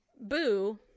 Boo